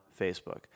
Facebook